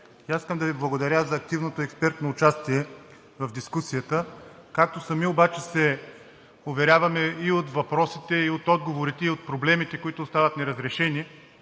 аз искам да Ви благодаря за активното и експертно участие в дискусията. Както сами обаче се уверяваме и от въпросите, и от отговорите, и от проблемите, които остават неразрешени,